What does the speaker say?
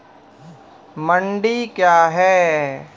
मंडी क्या हैं?